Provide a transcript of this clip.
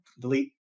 delete